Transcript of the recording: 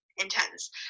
intense